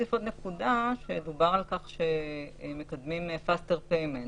דובר על כך שמקדמים faster payment,